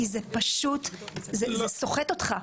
כי זה פשוט סוחט אותך,